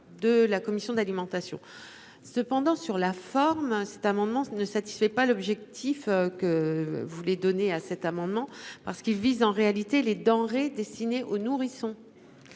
de la commission d'alimentation cependant sur la forme. Cet amendement ne satisfait pas l'objectif que vous voulez donner à cet amendement parce qu'il vise en réalité les denrées destinées aux nourrissons.